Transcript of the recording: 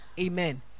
Amen